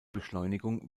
beschleunigung